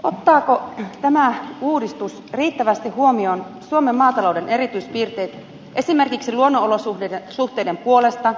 ottaako tämä uudistus riittävästi huomioon suomen maatalouden erityispiirteet esimerkiksi luonnonolosuhteiden puolesta